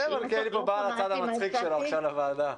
מלכיאלי בא על הצד המצחיק שלו לוועדה.